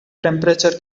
temperature